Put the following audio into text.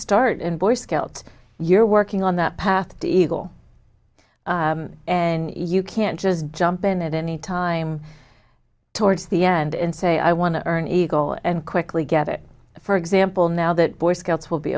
start in boy scouts you're working on the path to eagle and you can't just jump in at any time towards the end and say i want to earn a goal and quickly get it for example now that boy scouts will be